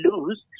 lose